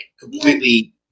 completely